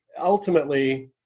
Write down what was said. ultimately